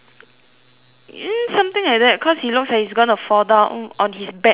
something like that because he looks like he's going to fall down on his back not on his front lah